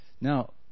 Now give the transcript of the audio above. Now